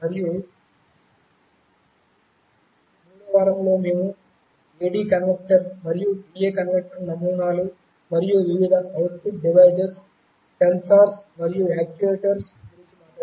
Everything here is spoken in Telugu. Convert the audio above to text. మరియు 3 వ వారంలో మేము AD కన్వర్టర్ మరియు DA కన్వర్టర్ నమూనాలు మరియు వివిధ అవుట్పుట్ డివైసెస్ సెన్సార్లు మరియు యాక్యుయేటర్ల గురించి మాట్లాడాము